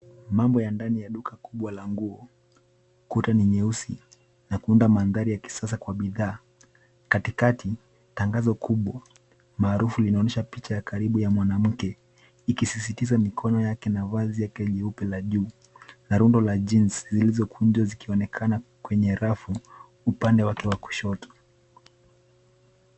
Mambo ya ndani ya duka kubwa la nguo. Kuta ni nyeusi na kuunda mandhari ya kisasa kwa bidhaa. Katikati, tangazo kubwa maarufu linaonyesha picha ya karibu ya mwanamke ikisisitiza mikono yake na vazi yake jeupe la juu na rundo la jeans zilizokunjwa zikionekana kwenye rafu upande wake wa kushoto.